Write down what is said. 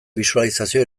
bisualizazio